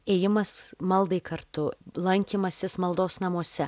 ėjimas maldai kartu lankymasis maldos namuose